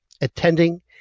attending